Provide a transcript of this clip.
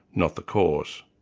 not the cause.